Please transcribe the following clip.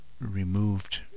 removed